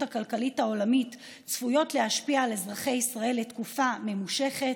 הכלכלית העולמית צפויות להשפיע על אזרחי ישראל לתקופה ממושכת.